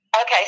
Okay